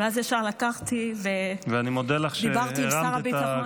ואז ישר לקחתי ודיברתי עם שר הביטחון.